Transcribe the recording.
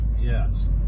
yes